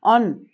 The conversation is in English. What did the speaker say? on